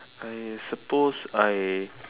I suppose I